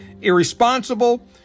irresponsible